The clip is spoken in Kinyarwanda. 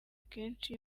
akenshi